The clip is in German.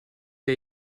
wir